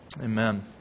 Amen